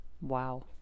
Wow